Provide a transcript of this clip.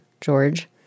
George